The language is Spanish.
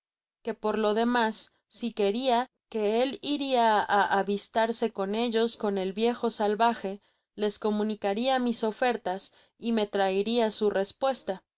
que por lo demas si queria que él iria á avistarse con ellos con el viejo salvaje les comunicaria mis ofertas y me traeria su respuesta